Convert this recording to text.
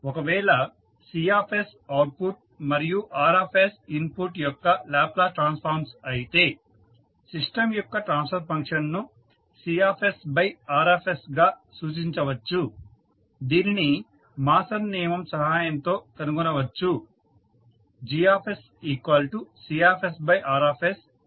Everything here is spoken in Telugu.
ఒకవేళ C అవుట్పుట్ మరియు R ఇన్పుట్ యొక్క లాప్లేస్ ట్రాన్స్ఫార్మ్స్ అయితే సిస్టం యొక్క ట్రాన్స్ఫర్ ఫంక్షన్ను CRగా సూచించవచ్చు దీనిని మాసన్ నియమం సహాయంతో కనుగొనవచ్చు